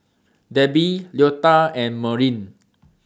Debbie Leota and Maureen